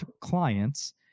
clients